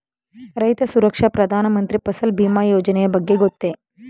ರೈತ ಸುರಕ್ಷಾ ಪ್ರಧಾನ ಮಂತ್ರಿ ಫಸಲ್ ಭೀಮ ಯೋಜನೆಯ ಬಗ್ಗೆ ಗೊತ್ತೇ?